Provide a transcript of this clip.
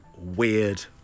weird